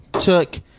took